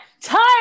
tired